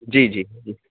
جی جی